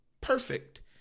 perfect